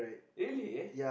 really